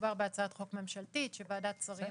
שמדובר בהצעת חוק ממשלתית שוועדת שרים